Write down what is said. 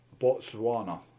Botswana